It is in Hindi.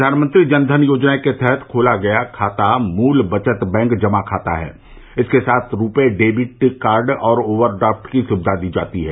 प्रधानमंत्री जन धन योजना के तहत खोला गया खाता मूल बचत बैंक जमा खाता है इसके साथ रूपे डेबिट कार्ड और ओवर ड्राफ्ट की सुविधा दी जाती है